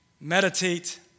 Meditate